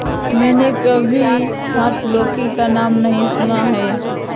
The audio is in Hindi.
मैंने कभी सांप लौकी का नाम नहीं सुना है